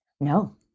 No